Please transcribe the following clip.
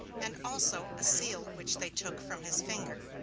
and also a seal which they took from his finger.